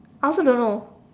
I also don't know